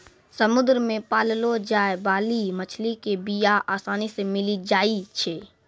समुद्र मे पाललो जाय बाली मछली के बीया आसानी से मिली जाई छै